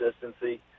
consistency